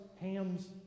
Ham's